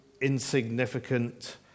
insignificant